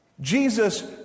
jesus